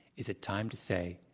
is it time to say,